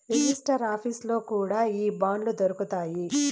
register ఆఫీసుల్లో కూడా ఈ బాండ్లు దొరుకుతాయి